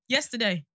Yesterday